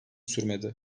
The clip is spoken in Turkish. sürmedi